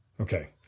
Okay